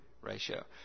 ratio